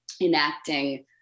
enacting